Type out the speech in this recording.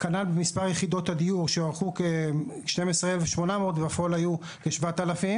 כנ"ל במספר יחידות הדיור שהוערכו כ-12,800 ובפועל היו כ-7,000.